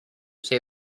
say